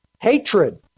hatred